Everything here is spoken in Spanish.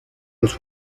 los